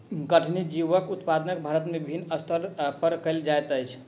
कठिनी जीवक उत्पादन भारत में विभिन्न स्तर पर कयल जाइत अछि